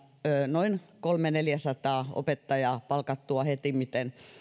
noin kolmesataa viiva neljäsataa opettajaa palkattua hetimmiten